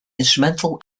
instrumental